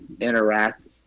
interact